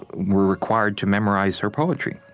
were required to memorize her poetry.